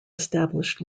established